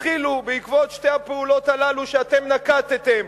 התחילו בעקבות שתי הפעולות הללו שאתם נקטתם,